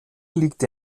liegt